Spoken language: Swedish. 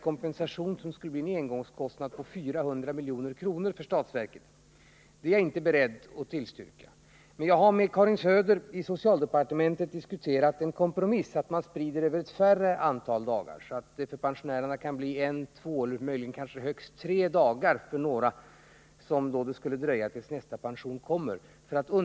Kompensationen skulle bli en engångskostnad på 400 milj.kr. för statsverket. Det är jag inte beredd att tillstyrka, men jag har, för att undvika extrakostnaden, med Karin Söder i socialdepartementet diskuterat den kompromissen att man sprider utbetalningarna över ett mindre antal dagar, så att det kan dröja en, två eller kanske tre dagar längre för några pensionärer tills nästa pension kommer.